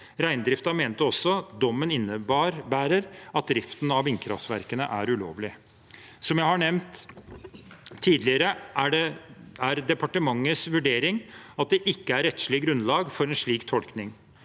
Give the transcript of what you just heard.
Reindriften mente også dommen innebærer at driften av vindkraftverkene er ulovlig. Som jeg har nevnt tidligere, er departementets vurdering at det ikke er rettslig grunnlag for en slik tolkning.